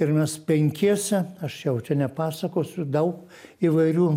ir mes penkiese aš jau čia nepasakosiu daug įvairių